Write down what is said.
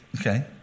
okay